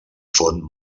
font